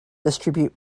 distribute